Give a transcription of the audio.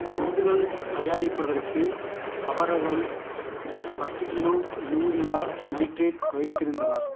குண்டுகள் தயாரிப்பதற்கு அவர்கள் பத்து கிலோ யூரியா நைட்ரேட் வைத்திருந்தனர்